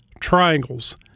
triangles